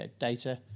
data